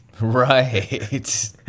right